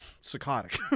psychotic